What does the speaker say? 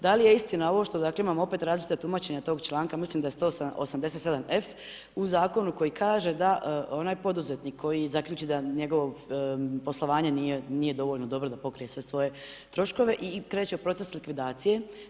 Da li je istina ovo što, dakle, opet imamo različita tumačenja toga članka, mislim da je 187 f, u zakonu koji kaže da onaj poduzetnik koji zaključi da njegov poslovanje nije dovoljno dobro da pokrije sve svoje troškove i kreće proces likvidacije.